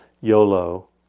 YOLO